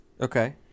Okay